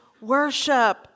worship